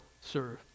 serve